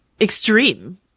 extreme